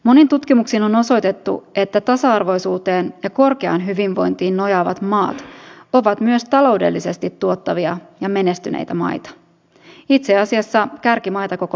monin tutkimuksin on osoitettu että tasa arvoisuuteen ja korkeaan hyvinvointiin nojaavat maat ovat myös taloudellisesti tuottavia ja menestyneitä maita itse asiassa kärkimaita koko maailmassa